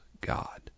God